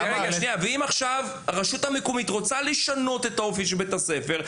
אם הרשות המקומית רוצה לשנות את האופי של בית הספר,